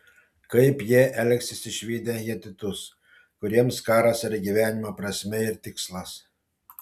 kaip jie elgsis išvydę hetitus kuriems karas yra gyvenimo prasmė ir tikslas